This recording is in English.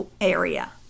area